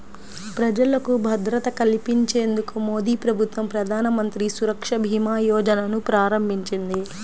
ప్రజలకు భద్రత కల్పించేందుకు మోదీప్రభుత్వం ప్రధానమంత్రి సురక్ష భీమా యోజనను ప్రారంభించింది